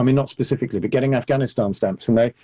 i mean not specifically, but getting afghanistan stamps and they,